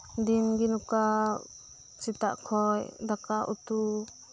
ᱫᱤᱱᱜᱤ ᱱᱚᱠᱟ ᱥᱮᱛᱟᱜ ᱠᱷᱚᱡ ᱫᱟᱠᱟ ᱩᱛᱩ